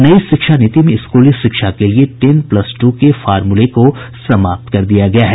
नई शिक्षा नीति में स्कूली शिक्षा के लिए टेन प्लस टू के फॉर्मूले को समाप्त कर दिया गया है